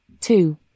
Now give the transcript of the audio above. Two